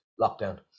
lockdown